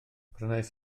prynais